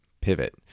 pivot